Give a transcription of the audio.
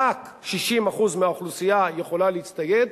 רק 60% מהאוכלוסייה יכולה להצטייד,